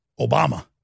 Obama